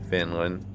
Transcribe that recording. Finland